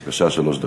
בבקשה, שלוש דקות.